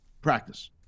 Practice